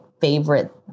favorite